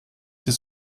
die